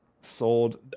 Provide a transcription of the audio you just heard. Sold